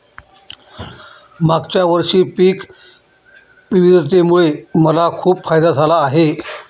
मागच्या वर्षी पिक विविधतेमुळे मला खूप फायदा झाला आहे